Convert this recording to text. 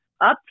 Up